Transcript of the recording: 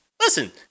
Listen